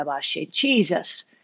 Jesus